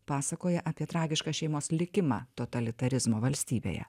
pasakoja apie tragišką šeimos likimą totalitarizmo valstybėje